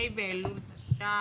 ה' באלול תש"ף.